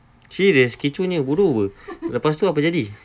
serious kecohnya bodoh apa